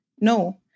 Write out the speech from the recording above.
No